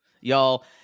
y'all